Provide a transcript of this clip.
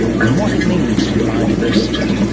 and what it means for biodiversity.